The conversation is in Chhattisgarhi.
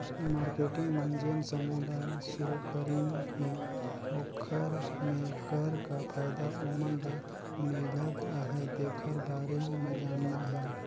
मारकेटिंग मन जेन समूह ल सुरूकरीन हे ओखर मे कर का फायदा ओमन ल मिलत अहे तेखर बारे मे जानना हे